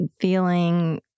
feeling